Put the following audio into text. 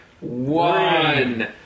one